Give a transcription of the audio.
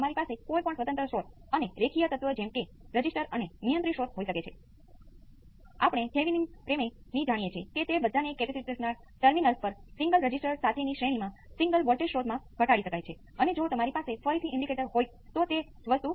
minus 1 નું વર્ગમૂળ આપણને જ્યાંમળે છે આપણે ત્યાં સુપર પોઝિશન કરીએ છીએ આપણે આને 1 સાથે ગુણાકાર કરીએ છીએ અને આપણે આને j સાથે ગુણાકાર કરીએ છીએ અને પછી આપણે તેને ઉમેરીએ છીએ